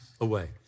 away